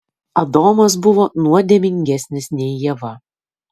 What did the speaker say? adomas buvo nuodėmingesnis nei ieva